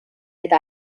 eta